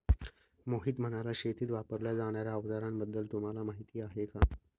मोहित म्हणाला, शेतीत वापरल्या जाणार्या अवजारांबद्दल तुम्हाला माहिती आहे का?